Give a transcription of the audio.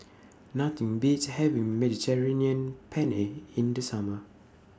Nothing Beats having Mediterranean Penne in The Summer